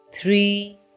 three